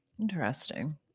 Interesting